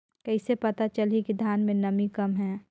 कइसे पता चलही कि धान मे नमी कम हे?